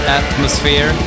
atmosphere